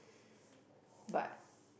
but